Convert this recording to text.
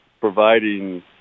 providing